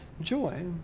joy